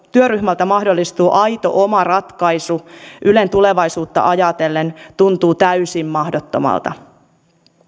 työryhmältä mahdollistuu aito oma ratkaisu ylen tulevaisuutta ajatellen tuntuu täysin mahdottomalta